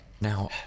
Now